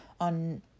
on